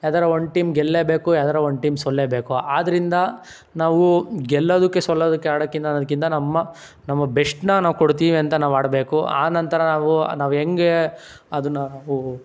ಯಾದಾರೂ ಒಂದು ಟೀಮ್ ಗೆಲ್ಲಲೇಬೇಕು ಯಾದಾರೂ ಒಂದು ಟೀಮ್ ಸೋಲಲೇ ಬೇಕು ಆದ್ದರಿಂದ ನಾವು ಗೆಲ್ಲೋದಕ್ಕೆ ಸೋಲೋದಕ್ಕೆ ಆಡಕ್ಕಿಂತ ಅನ್ನದ್ಕಿಂತ ನಮ್ಮ ನಮ್ಮ ಬೆಶ್ಟನ್ನ ನಾವು ಕೊಡ್ತೀವಿ ಅಂತ ನಾವು ಆಡಬೇಕು ಆ ನಂತರ ನಾವು ನಾವು ಹೆಂಗೆ ಅದನ್ನ